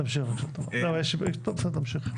תמשיך בבקשה.